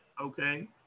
Okay